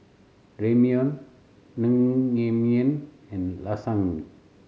Ramyeon Naengmyeon and Lasagne